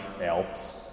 Alps